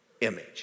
image